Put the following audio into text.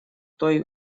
той